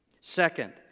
Second